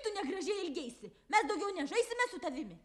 tu negražiai elgeisi mes daugiau nežaisime su tavimi